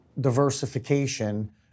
diversification